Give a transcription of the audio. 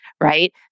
right